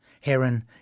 heron